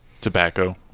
tobacco